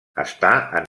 està